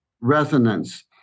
resonance